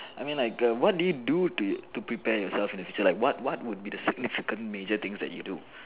I mean like err what do you do to prepare yourself in a situation like what what would be the significant major things that you do